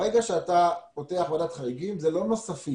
ברגע שאתה פותח ועדת חריגים, זה לא נוספים.